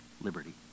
liberty